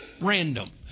random